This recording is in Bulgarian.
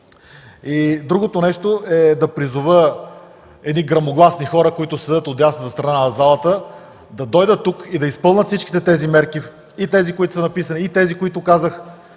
Следващото нещо е да призова едни гръмогласни хора, които седят от дясната страна на залата, да дойдат тук и да изпълнят всички тези мерки – и тези, които са написани, и тези, които казах,